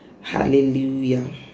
Hallelujah